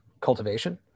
cultivation